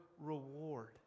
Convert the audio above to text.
reward